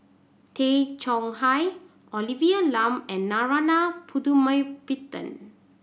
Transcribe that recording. Tay Chong Hai Olivia Lum and Narana Putumaippittan